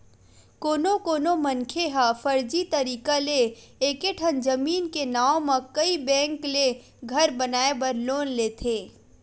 कोनो कोनो मनखे ह फरजी तरीका ले एके ठन जमीन के नांव म कइ बेंक ले घर बनाए बर लोन लेथे